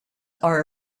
are